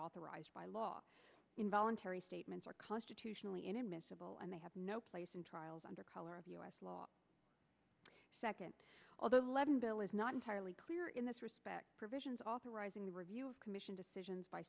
authorized by law involuntary statements are constitutionally inadmissible and they have no place in trials under color of u s law second although eleven bill is not entirely clear in this respect provisions authorizing the review commission decisions by